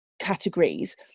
categories